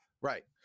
right